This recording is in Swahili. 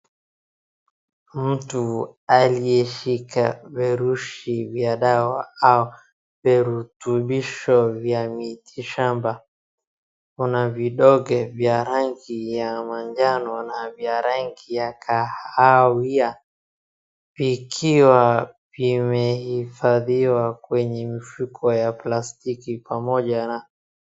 Mtu aliyeshika verushi vya dawa au viretubisho vya mitishamba. Kuna vidonge vya rangi ya manjano na vya rangi ya kahawia ikiwa vimehifadhiwa kwenye mifuko ya plastiki pamoja na